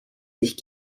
sich